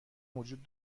وجود